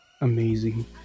amazing